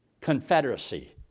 confederacy